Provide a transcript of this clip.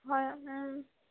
হয়